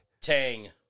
Tang